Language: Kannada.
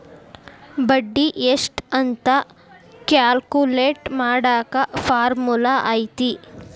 ಬಡ್ಡಿ ಎಷ್ಟ್ ಅಂತ ಕ್ಯಾಲ್ಕುಲೆಟ್ ಮಾಡಾಕ ಫಾರ್ಮುಲಾ ಐತಿ